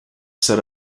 set